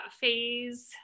phase